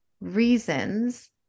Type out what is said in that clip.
reasons